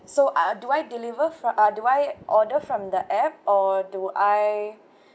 so I do I deliver from uh do I order from the app or do I